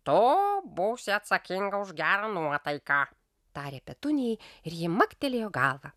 tu būsi atsakinga už gerą nuotaiką tarė petunijai ir ji maktelėjo galva